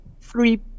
three